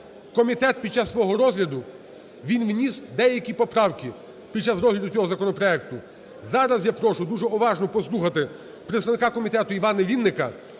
Комітет під час свого розгляду, він вніс деякі поправки під час розгляду цього законопроекту. Зараз я прошу дуже уважно послухати представника комітету Івана Вінника.